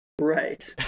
right